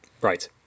Right